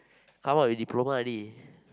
come out with diploma already